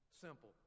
Simple